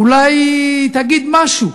תגיד משהו,